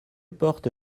porte